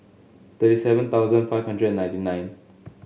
thirty seven thousand five hundred and ninety nine